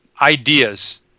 ideas